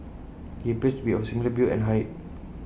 he appears to be of similar build and height